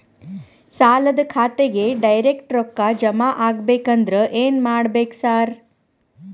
ಸಾಲದ ಖಾತೆಗೆ ಡೈರೆಕ್ಟ್ ರೊಕ್ಕಾ ಜಮಾ ಆಗ್ಬೇಕಂದ್ರ ಏನ್ ಮಾಡ್ಬೇಕ್ ಸಾರ್?